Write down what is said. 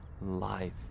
life